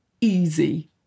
easy